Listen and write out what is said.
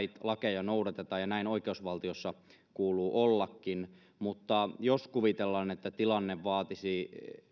lakeja noudatetaan ja näin oikeusvaltiossa kuuluu ollakin mutta jos kuvitellaan että tilanne vaatisi